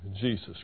Jesus